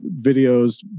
videos